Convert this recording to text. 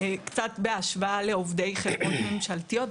קצת בהשוואה לעובדי חברות ממשלתיות,